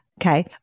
okay